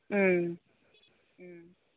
ओम